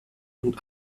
und